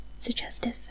suggestive